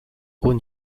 haut